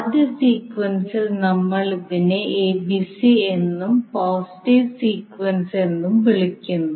ആദ്യ സീക്വൻസിൽ നമ്മൾ ഇതിനെ എന്നും പോസിറ്റീവ് സീക്വൻസ് എന്നും വിളിക്കുന്നു